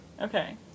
Okay